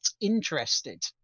interested